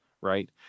right